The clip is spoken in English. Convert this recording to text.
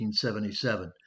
1977